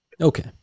Okay